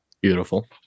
Beautiful